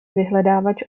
vyhledávač